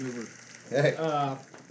Hey